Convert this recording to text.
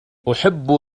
أحب